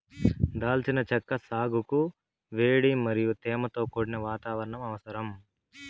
దాల్చిన చెక్క సాగుకు వేడి మరియు తేమతో కూడిన వాతావరణం అవసరం